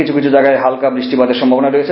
কিছু কিছু জায়গায় হালকা বৃষ্টিপাতের সম্ভাবনা রয়েছে